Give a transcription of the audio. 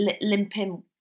limping